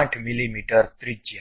8 મીમી ત્રિજ્યા